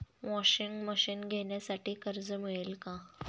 Washing machine घेण्यासाठी कर्ज मिळेल का?